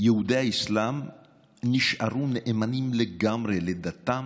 יהודי ארצות האסלאם נשארו נאמנים לגמרי לדתם,